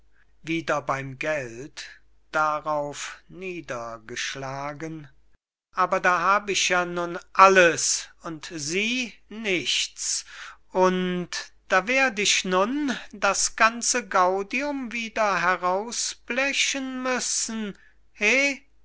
aber da hab ich ja nun alles und sie nichts und da werd ich nun das ganze gaudium wieder herausblechen müssen heh